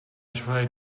tried